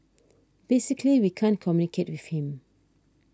basically we can't communicate with him